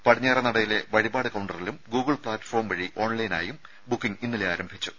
പടിഞ്ഞാറെ നടയിലെ വഴിപാട് കൌണ്ടറിലും ഗൂഗിൾ പ്ലാറ്റ്ഫോം വഴി ഓൺലൈനായും ബുക്കിംഗ് ഇന്നലെ ആരംഭിച്ചു